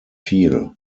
viel